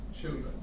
children